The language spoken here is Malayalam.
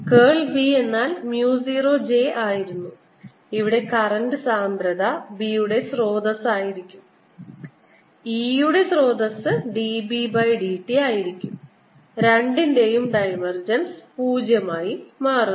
കേൾ B എന്നാൽ mu 0 j ആയിരുന്നു ഇവിടെ കറൻറ് സാന്ദ്രത B യുടെ സ്രോതസ്സ് ആയിരിക്കും E യുടെ സ്രോതസ്സ് dB by dt ആയിരിക്കും രണ്ടിന്റെയും ഡൈവർജൻസ് 0 ആയി മാറുന്നു